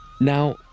Now